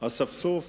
אספסוף